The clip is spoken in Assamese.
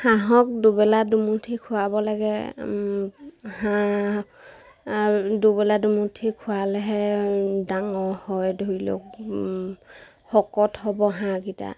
হাঁহক দুবেলা দুমুঠি খোৱাব লাগে হাঁহ দুবেলা দুমুঠি খোৱালেহে ডাঙৰ হয় ধৰি লওক শকত হ'ব হাঁহকেইটা